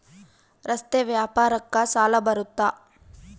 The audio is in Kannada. ರಸ್ತೆ ವ್ಯಾಪಾರಕ್ಕ ಸಾಲ ಬರುತ್ತಾ?